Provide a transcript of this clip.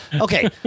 Okay